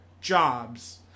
jobs